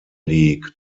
league